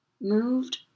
moved